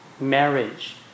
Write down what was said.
marriage